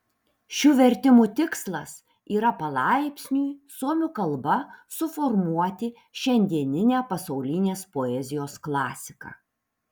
šių vertimų tikslas yra palaipsniui suomių kalba suformuoti šiandieninę pasaulinės poezijos klasiką